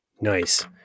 Nice